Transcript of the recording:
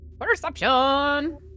Perception